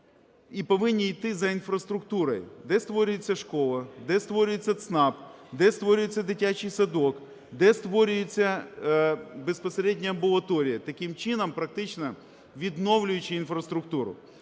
і повинні йти за інфраструктурою: де створюється школа, де створюється ЦНАП, де створюється дитячий садок, де створюється безпосередньо амбулаторія, таким чином практично відновлюючи інфраструктуру.